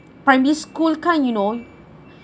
primary school kind you know